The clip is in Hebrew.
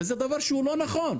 וזה דבר שהוא לא נכון.